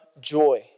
joy